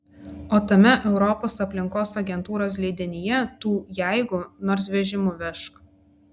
o tame europos aplinkos agentūros leidinyje tų jeigu nors vežimu vežk